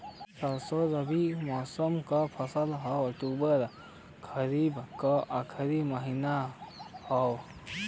सरसो रबी मौसम क फसल हव अक्टूबर खरीफ क आखिर महीना हव